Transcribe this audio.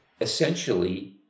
essentially